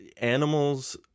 animals